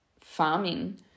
farming